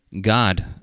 God